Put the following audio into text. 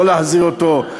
לא להחזיר אותו,